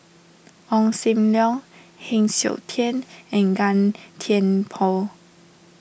Ong Sam Leong Heng Siok Tian and Gan Thiam Poh